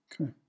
Okay